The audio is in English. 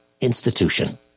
institution